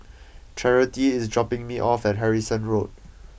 Charity is dropping me off at Harrison Road